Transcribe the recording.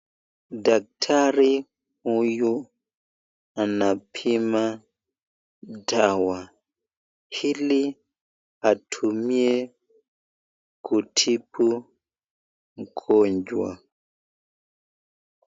Daktari huyu anapima dawa ili atumie kutibu mgonjwa.